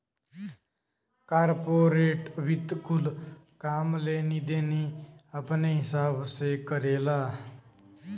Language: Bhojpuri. कॉर्पोरेट वित्त कुल काम लेनी देनी अपने हिसाब से करेला